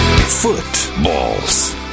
Footballs